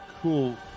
cool